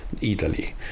italy